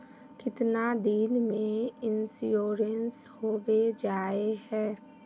कीतना दिन में इंश्योरेंस होबे जाए है?